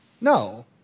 No